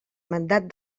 mandat